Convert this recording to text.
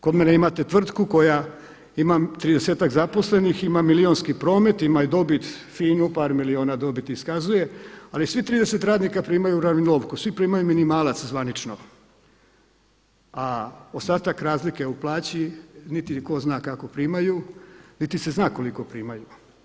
Kod mene imate tvrtku koja ima 30-ak zaposlenih, ima milijunski promet, ima i dobit finu, par milijuna dobiti iskazuje, ali svih 30 radnika primaju uravnilovku, svi primaju minimalac zvanično, a ostat razlike u plaći tko zna kako primaju niti se zna koliko primaju.